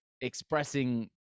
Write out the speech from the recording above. expressing